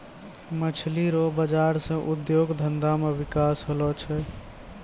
मछली रो बाजार से उद्योग धंधा मे बिकास होलो छै